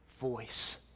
voice